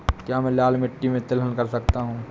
क्या मैं लाल मिट्टी में तिलहन कर सकता हूँ?